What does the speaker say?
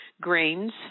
grains